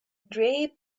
gray